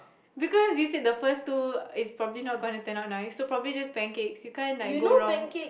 because you said the first two is probably not going to turn out nice so probably just pancakes you can't like go wrong